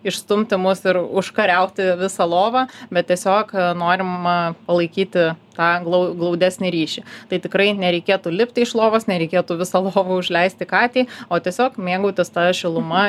išstumti mus ir užkariauti visą lovą bet tiesiog norima palaikyti tą glau glaudesnį ryšį tai tikrai nereikėtų lipti iš lovos nereikėtų visą lovą užleisti katei o tiesiog mėgautis ta šiluma ir